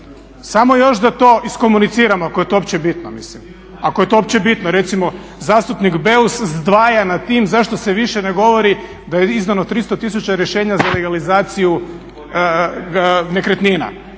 samo još da to iskomuniciramo ako je to uopće bitno. Ako je to uopće bitno. Recimo zastupnik Beus zdvaja nad tim zašto se više ne govori da je izdano 300 000 rješenja za legalizaciju nekretnina.